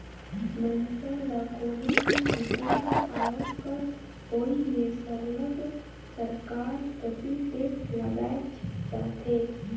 मइनसे ल कोनो भी किसिम कर आवक कर होवई में सरलग सरकार कती टेक्स लगाएच जाथे